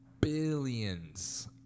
billions